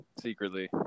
secretly